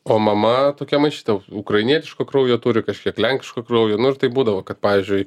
o mama tokia maišyta ukrainietiško kraujo turi kažkiek lenkiško kraujo nu ir taip būdavo kad pavyzdžiui